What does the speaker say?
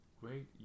great